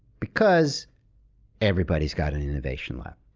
because everybody's got an innovation lab,